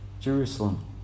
Jerusalem